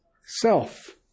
Self